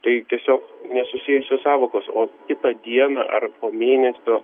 tai tiesiog nesusijusios sąvokos o kitą dieną ar po mėnesio